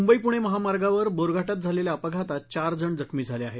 मुंबई पुणे महामार्गावर बोरघाटात झालेल्या अपघातात चार जण जखमी झाले आहेत